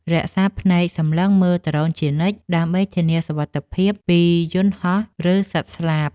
រក្សាភ្នែកសម្លឹងមើលដ្រូនជានិច្ច ដើម្បីធានាសុវត្ថិភាពពីយន្តហោះ ឬសត្វស្លាប។